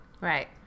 Right